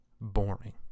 boring